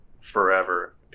forever